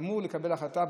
אמור לקבל החלטה,